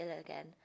again